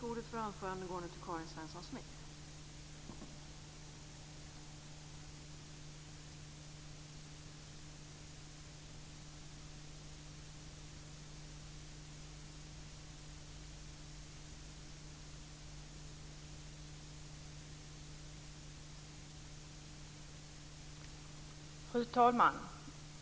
Fru talman!